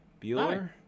Bueller